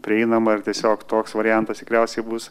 prieinama ir tiesiog toks variantas tikriausiai bus